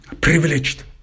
privileged